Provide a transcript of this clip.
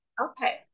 Okay